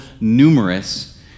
numerous